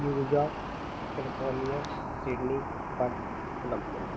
New York California Sydney Perth Columbia